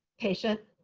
patient,